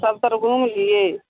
सब तर घूम लिए